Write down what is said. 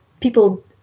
people